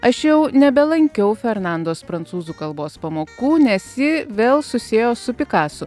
aš jau nebelankiau fernandos prancūzų kalbos pamokų nes ji vėl susiėjo su pikasu